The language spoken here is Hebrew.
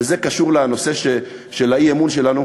וזה קשור לנושא של האי-אמון שלנו,